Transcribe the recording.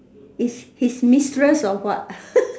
is his mistress or what